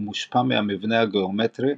ומושפע מהמבנה הגאומטרי,